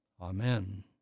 Amen